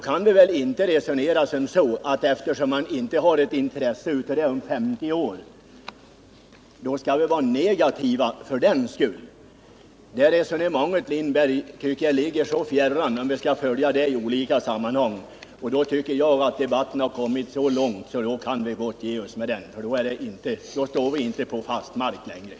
Man kan då inte säga att eftersom vederbörande inte har intresse av denna mark om 50 år, så bör han inte få den nu heller. För man det resonemanget har man kommit så fjärran från det som saken gäller att vi kan avsluta debatten — vi står då ej på fast mark, Sven Lindberg.